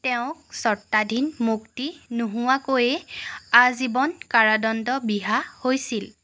তেওঁক চৰ্তাধীন মুক্তি নোহোৱাকৈ আজীৱন কাৰাদণ্ড বিহা হৈছিল